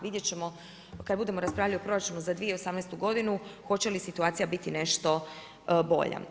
Vidjet ćemo kad budemo raspravljali o proračunu za 2018. godinu hoće li situacija biti nešto bolja.